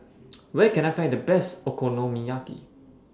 Where Can I Find The Best Okonomiyaki